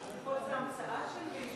אבל תרופות זה המצאה של מישהו,